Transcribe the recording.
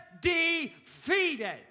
defeated